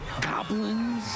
goblins